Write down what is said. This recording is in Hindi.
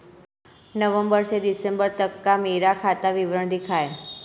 नवंबर से दिसंबर तक का मेरा खाता विवरण दिखाएं?